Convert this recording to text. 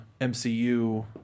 MCU